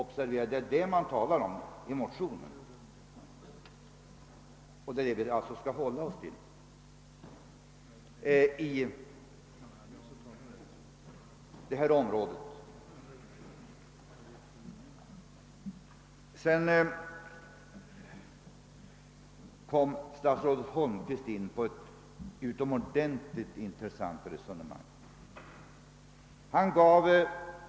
Observera att det är en sådan industri man talar om i motionen, och det är alltså det vi skall hålla oss till. Statsrådet Holmqvist kom in på ett utomordentligt intressant resonemang.